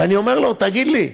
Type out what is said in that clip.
ואני אומר לו: תגיד לי,